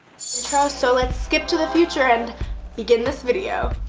so so let's skip to the future and begin this video